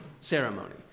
ceremony